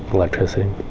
electricity.